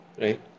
Right